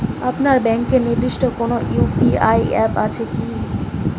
আপনার ব্যাংকের নির্দিষ্ট কোনো ইউ.পি.আই অ্যাপ আছে আছে কি?